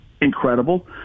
incredible